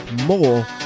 more